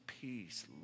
peace